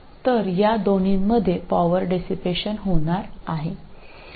അതിനാൽ ഇവ രണ്ടിലും അത് വിഘടിപ്പിക്കുന്ന വൈദ്യുതിയോർജ്ജം ആയിരിക്കും